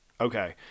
okay